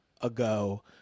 ago